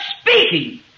speaking